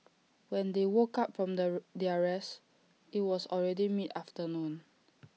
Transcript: when they woke up from their rest IT was already mid afternoon